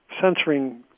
censoring